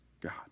God